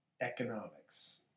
economics